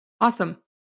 Awesome